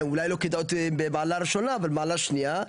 אולי לא כדאיות במעלה ראשונה אבל במעלה שנייה,